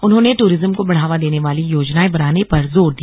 उन्होंने टूरिज्म को बढ़ावा देने वाली योजनाएं बनाने पर जोर दिया